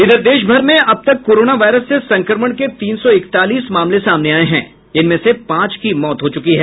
इधर देशभर में अब तक कोरोना वायरस से संक्रमण के तीन सौ इकतालीस मामले सामने आए हैं जिनमें से पांच की मौत हो चुकी है